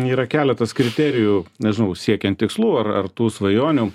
yra keletas kriterijų nežinau siekiant tikslų ar ar tų svajonių